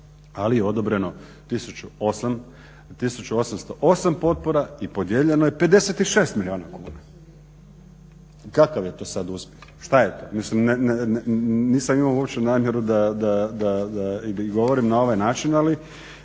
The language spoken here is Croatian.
ali je odobreno 1808 potpora i podijeljeno je 56 milijuna kuna. Kakav je to sada uspjeh? Šta je to? mislim nisam imao uopće namjeru da govorim na ovaj način ali